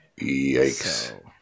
Yikes